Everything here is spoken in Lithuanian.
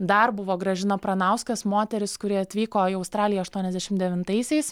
dar buvo gražina pranauskas moteris kuri atvyko į australiją aštuoniasdešimt devintaisiais